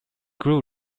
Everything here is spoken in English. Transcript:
grew